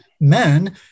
men